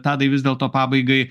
tadai vis dėlto pabaigai